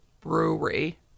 brewery